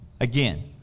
Again